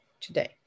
today